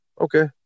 okay